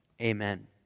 amen